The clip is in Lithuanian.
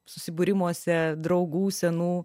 susibūrimuose draugų senų